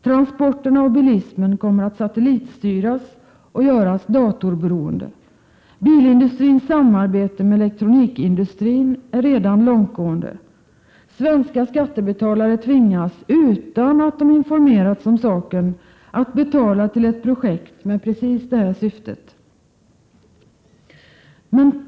Transporterna och bilismen kommer att satellitstyras och göras datorberoende. Bilindustrins samarbete med elektronikindustrin är redan långtgående. Svenska skattebetalare tvingas, utan att de informerats om saken, att betala till ett projekt med exakt detta syfte.